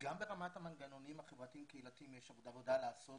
גם ברמת המנגנונים החברתיים קהילתיים יש עוד עבודה לעשות,